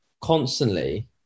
constantly